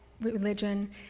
religion